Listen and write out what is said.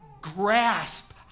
grasp